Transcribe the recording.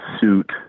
suit